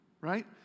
right